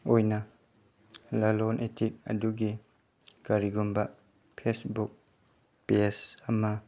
ꯑꯣꯏꯅ ꯂꯂꯣꯟ ꯏꯇꯤꯛ ꯑꯗꯨꯒꯤ ꯀꯔꯤꯒꯨꯝꯕ ꯐꯦꯁꯕꯨꯛ ꯄꯦꯖ ꯑꯃ